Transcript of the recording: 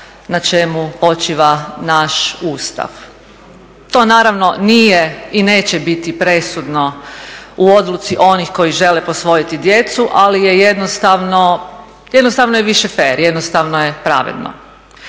na čemu počiva naš Ustav. To naravno nije i neće biti presudno u odluci onih koji žele posvojiti djecu, ali je jednostavno više fer, jednostavno je pravedno.